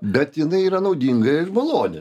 bet jinai yra naudinga ir maloni